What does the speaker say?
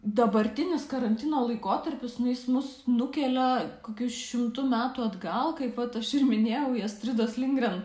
dabartinis karantino laikotarpis nu jis mus nukelia kokius šimtu metų atgal kaip vat aš ir minėjau į astridos lindgren